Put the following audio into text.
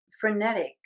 frenetic